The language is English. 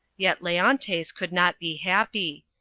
yet leontes could not be happy.